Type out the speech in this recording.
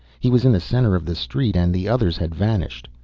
he was in the center of the street, and the others had vanished.